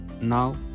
Now